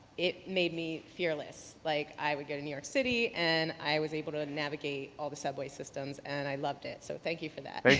it made me fearless. like, i would go to new york city and i was able to navigate all the subway systems, and i loved it, so thank you for that.